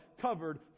covered